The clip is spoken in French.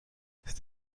cette